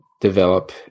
develop